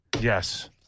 Yes